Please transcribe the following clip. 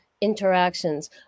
interactions